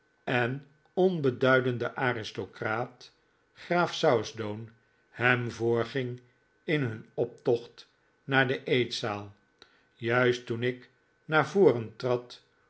en onbeduidende aristocraat graaf southdown hem voorging in hun optocht naar de eetzaal juist toen ik naar voren trad